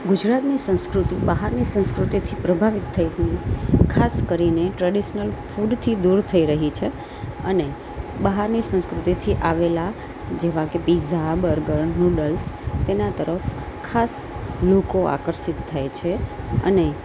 ગુજરાતની સંસ્કૃતિ બહારની સંસ્કૃતિથી પ્રભાવિત થઈને ખાસ કરીને ટ્રેડિશનલ ફૂડથી દૂર થઈ રહી છે અને બહારની સંસ્કૃતિથી આવેલાં જેવા કે પીઝા બર્ગર નુડલ્સ તેના તરફ ખાસ લોકો આકર્ષિત થાય છે અને